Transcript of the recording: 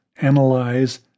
analyze